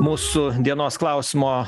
mūsų dienos klausimo